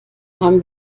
haben